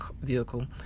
vehicle